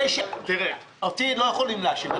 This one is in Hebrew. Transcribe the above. תראה, אותי לא יכולים להאשים.